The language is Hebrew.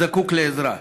הזקוק לעזרה,